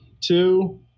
Two